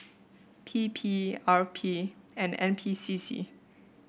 P P R P and N P C C